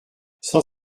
cent